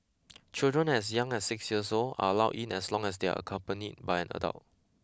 children as young as six years old are allowed in as long as they are accompanied by an adult